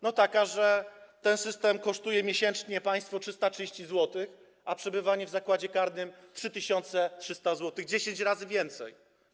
No taka, że ten system kosztuje miesięcznie państwo 330 zł, a przebywanie w zakładzie karnym 3300 zł - 10 razy więcej.